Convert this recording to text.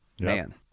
Man